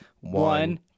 One